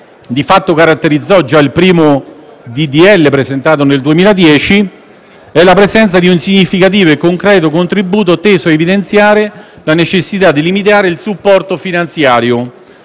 di fatto caratterizzò già il primo disegno di legge in materia presentato nel 2010, ovvero la presenza di un significativo e concreto contributo teso ad evidenziare la necessità di limitare il supporto finanziario